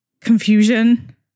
confusion